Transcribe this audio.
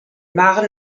waren